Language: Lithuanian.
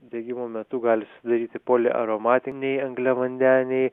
degimo metu gali susidaryti poliaromatiniai angliavandeniai